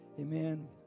Amen